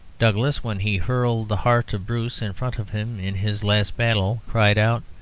douglas, when he hurled the heart of bruce in front of him in his last battle, cried out,